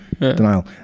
Denial